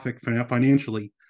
financially